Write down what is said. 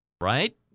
right